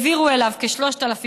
העבירו אליו כ-3,300.